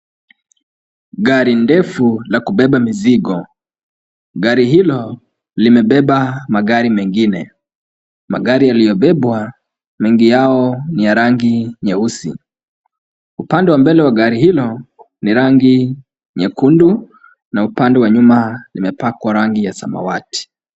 Gari ndefu la kubeba mizigo. Gari hilo limebeba magari mengine. Magari yaliyobebwa mengi yao ni ya rangi nyeusi. Upande wa mbele wa gari hilo ni rangi nyekundu na upande wa nyuma limepakwa rangi ya samawati.